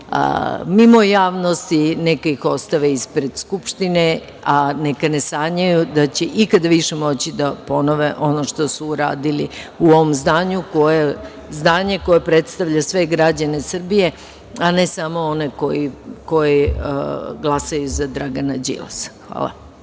mimo javnosti neka ih ostave ispred Skupštine, a neka ne sanjaju da će ikada više moći da ponove ono što su uradili u ovom zdanju koje je zdanje koje predstavlja sve građane Srbije, a ne samo one koji glasaju za Dragana Đilasa. Hvala.